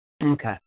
Okay